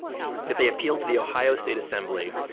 that they appealed to the ohio state assembly.